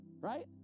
Right